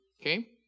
okay